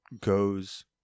goes